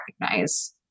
recognize